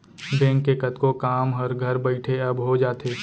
bank के कतको काम हर घर बइठे अब हो जाथे